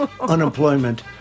unemployment